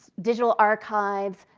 digital archives.